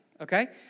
okay